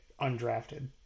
undrafted